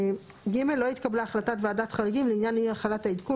לא התקבלה החלטת ועדת חריגים לעניין אי החלת העדכון,